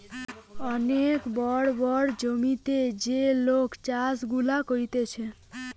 অনেক বড় বড় জমিতে যে লোক চাষ গুলা করতিছে